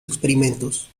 experimentos